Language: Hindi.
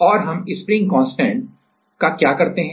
और हम स्प्रिंग कांस्टेंट का क्या करते हैं